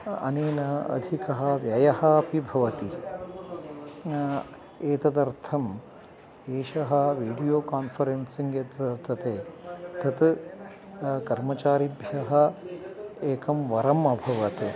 अनेन अधिकः व्ययः अपि भवति एतदर्थं एषः विडियो कान्फ़रेन्सिङ्ग् यद्वर्तते तत् कर्मचारिभ्यः एकं वरम् अभवत्